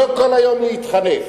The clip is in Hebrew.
לא כל היום להתחנף.